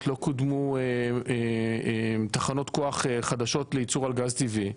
לא קודמו תחנות כוח חדשות לייצור על גז טבעי.